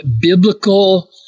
biblical